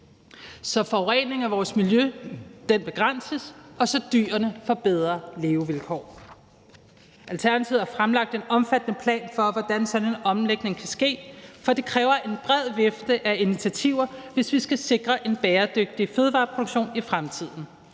så forureningen af vores miljø begrænses, og så dyrene får bedre levevilkår. Alternativet har fremlagt en omfattende plan for, hvordan sådan en omlægning kan ske, for det kræver en bred vifte af initiativer, hvis vi skal sikre en bæredygtig fødevareproduktion i fremtiden.